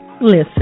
listen